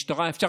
משטרה אפשר.